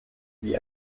wie